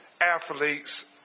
athletes